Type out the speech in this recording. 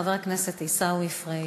חבר הכנסת עיסאווי פריג'.